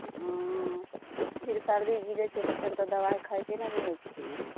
हँ फेर सर्दी गिरै छै तऽ फेर तऽ दवाइ खाइते ने रहै छी